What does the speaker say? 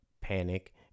panic